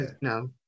no